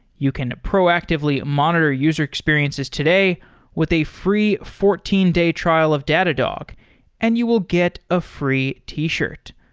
you can proactively monitor user experiences today with a free fourteen day trial of datadog and you will get a free t-shirt.